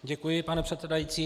Děkuji, pane předsedající.